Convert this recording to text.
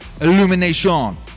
illumination